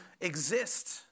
exist